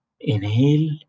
Inhale